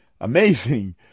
Amazing